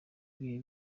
ibihe